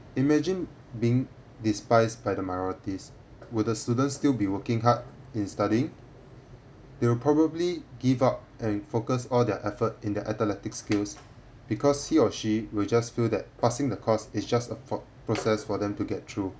imagine being despised by the minorities will the student still be working hard in studying they will probably give up and focus all their effort in their athletic skills because he or she will just feel that passing the course is just a pro~ process for them to get through